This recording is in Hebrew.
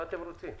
מה אתם רוצים.